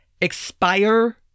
expire